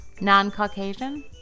non-caucasian